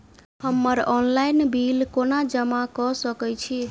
हम्मर online bill कोना जमा कऽ सकय छी?